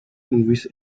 movies